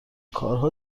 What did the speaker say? کارها